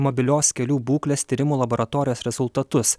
mobilios kelių būklės tyrimų laboratorijos rezultatus